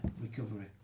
Recovery